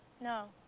No